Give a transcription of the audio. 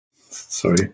sorry